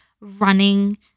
running